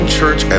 Church